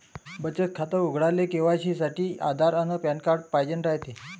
बचत खातं उघडाले के.वाय.सी साठी आधार अन पॅन कार्ड पाइजेन रायते